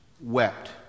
wept